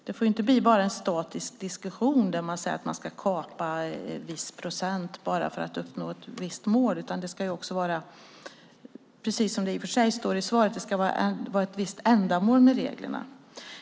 Det får ju inte bli bara en statisk diskussion där man säger att man ska kapa ett visst antal procent för att uppnå ett mål, utan det ska också vara - precis som det ju står i svaret - ett visst ändamål med reglerna.